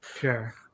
Sure